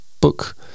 book